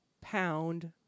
pound